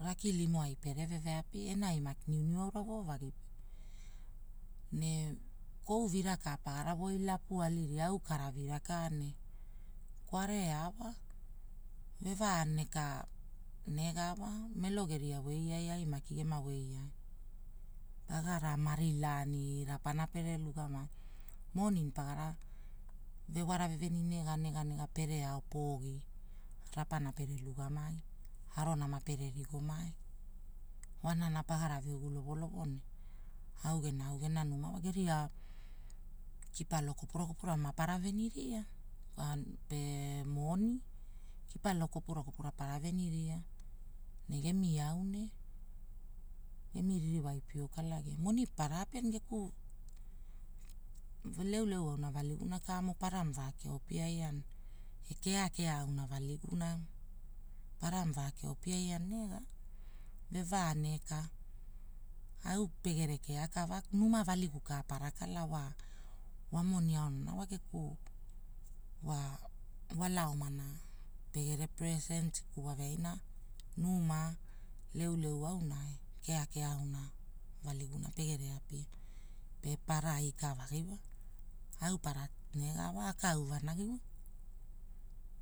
Rakilimo ai pere ve veapi, enai maki niuniu aura voo vagi pe, ne kou vira kapagara woi lapualiria aukara vira ka ne, kwarea wa. Vevaaneka nega wa melo geria wei ai, ai maki ai, ai maki gema wei ai. Pagara mari laani rapana pere lugamai. Monin pagara, vewara veveni nega nega pere ao pogi, rapa pere lugamai, arona pere rigomai, woanana pagarave ugu lovolovo ne au gena, au gena numai wa. Geria, kipalo kopura kopura mapara venima wa, pee moni, Kipalo kopura kopura para veniria, ne gemi eau nee. Gemi ririwai piokalagi. Moni para apia ne geku, leuleu auna valigura kamo parama rakea piaaina nega ekeakea aulavagi guna paranvaki opeayanea, veveneka. Au pegere kea kavaku, nama valigu ka mapara kala wa, wamoni aonana wa geku wala omana, pegere precentiku waveaina, numa, lealeu auna, keakea auna, valiguna pegere apia, pe para ivagi wa, au pana nega wa akau vanagi wa.